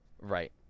Right